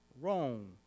wrong